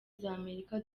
z’amerika